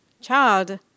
child